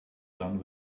done